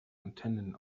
antennen